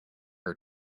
her